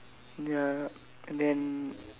ya and then